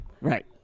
right